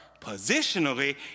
positionally